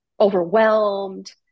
overwhelmed